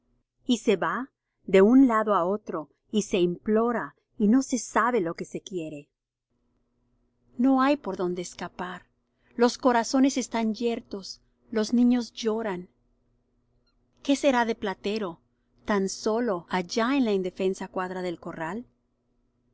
y se va de un lado á otro y se implora y no se sabe lo que se quiere no hay por dónde escapar los corazones están yertos los niños lloran qué será de platero tan solo allá en la indefensa cuadra del corral